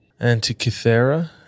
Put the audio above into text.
Antikythera